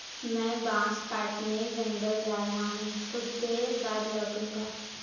मैं बांस काटने जंगल जा रहा हूं, कुछ देर बाद लौटूंगा